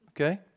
Okay